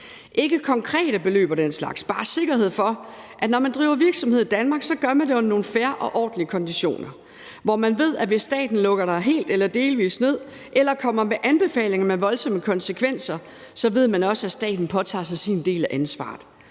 Ikke konkrete beløb og den slags, men bare en sikkerhed for, at når man driver virksomhed i Danmark, gør man det under nogle fair og ordentlige konditioner, hvor man ved, at hvis staten lukker en helt eller delvis ned eller kommer med anbefalinger med voldsomme konsekvenser, så påtager staten sig også sin del af ansvaret,